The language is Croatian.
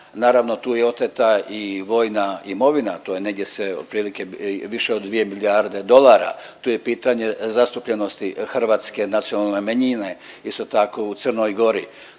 Naravno tu je oteta i vojna imovina. To je negdje se otprilike više od 2 milijarde dolara, tu je pitanje zastupljenosti hrvatske nacionalne manjine, isto tako u Crnoj Gori.